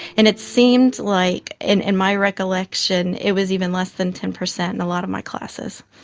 and it seemed like in in my recollection it was even less than ten percent in a lot of my classes.